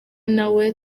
nawe